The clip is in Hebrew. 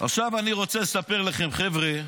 עכשיו אני רוצה לספר לכם, חבר'ה,